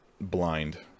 blind